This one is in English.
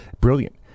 Brilliant